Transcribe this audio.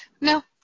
no